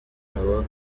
nabo